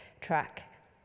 track